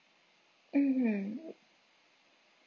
mmhmm